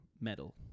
metal